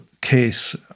case